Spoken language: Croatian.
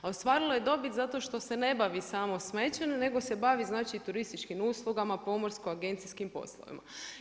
A ostvarilo je dobit zato što se ne bavi samo smećem, nego se bavi znači turističkim uslugama, pomorsko-agencijskim poslovima.